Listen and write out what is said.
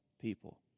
people